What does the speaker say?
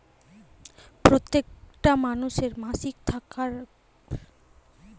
প্রত্যেকটা মানুষের মাসিক খরচের পর গটে সেভিংস থাকা উচিত